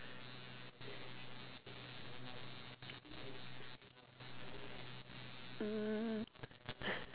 mm